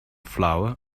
flour